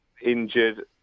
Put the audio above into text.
injured